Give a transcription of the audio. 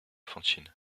fantine